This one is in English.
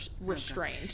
restrained